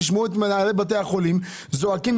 תשמעו את מנהלי בתי החולים זועקים,